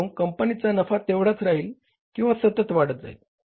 जेणेकरून कंपनीचा नफा तेवढाच राहील किंवा सतत वाढत जाईल